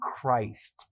Christ